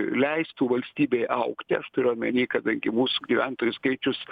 leistų valstybei augti aš turiu omeny kadangi mūsų gyventojų skaičius